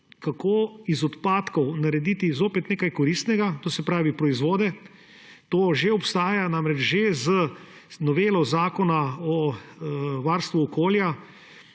kako iz odpadkov narediti zopet nekaj koristnega, to se pravi proizvode. To že obstaja. Že z novelo Zakona o varstvu okolja